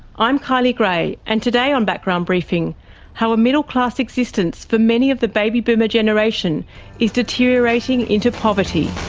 i'm kylie grey, and today on background briefing how a middle class existence for many of the baby boomer generation is deteriorating into poverty.